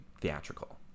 theatrical